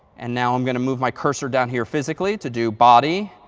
and now i'm going to move my cursor down here physically to do body,